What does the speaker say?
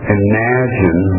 imagine